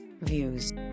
Views